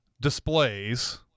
displays